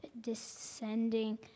descending